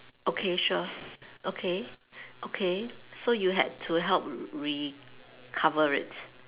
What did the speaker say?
okay sure okay okay so you had to help recover it